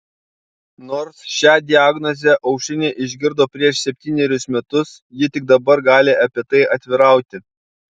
nors šią diagnozę aušrinė išgirdo prieš septynerius metus ji tik dabar gali apie tai atvirauti